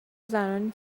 زنانی